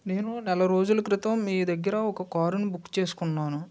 నేను నెల రోజుల క్రితం మీ దగ్గర ఒక కారుని బుక్ చేసుకున్నాను